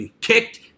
kicked